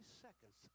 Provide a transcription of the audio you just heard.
seconds